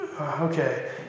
okay